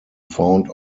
found